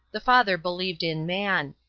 the father believed in man.